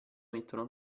mettono